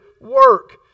work